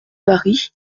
vari